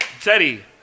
Teddy